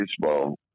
baseball